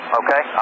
okay